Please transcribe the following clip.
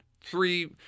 three